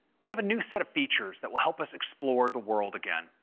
we have a new set of features that will help us explore the world again,